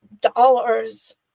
dollars